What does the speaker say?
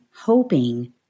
hoping